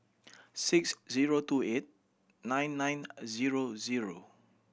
six zero two eight nine nine zero zero